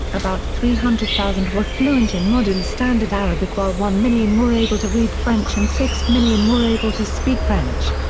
about three hundred thousand were fluent in modern standard arabic while one million were able to read french and six million were able to speak french.